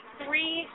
three